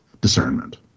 discernment